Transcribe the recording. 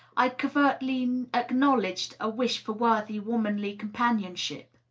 i covertly acknowledged a wish for worthy womanly companionship.